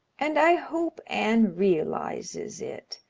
and i hope anne realizes, it.